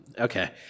Okay